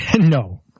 No